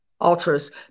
ultras